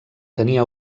tenia